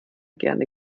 gerne